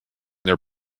their